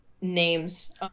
names